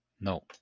No